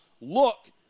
look